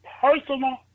personal